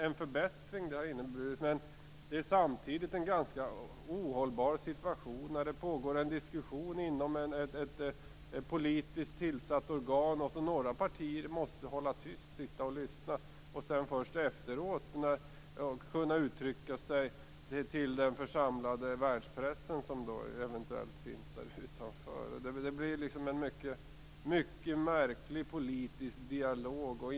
Miljöpartiet. Det har inneburit en förbättring. Samtidigt blir det en ganska ohållbar situation. Det pågår en diskussion inom ett politiskt tillsatt organ. Då måste några partier hålla tyst och kan först efteråt uttrycka sig till den församlade världspressen, som eventuellt finns utanför. Det blir en mycket märklig politisk dialog.